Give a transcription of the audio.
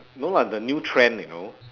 no lah the new trend you know